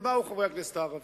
באו חברי הכנסת הערבים,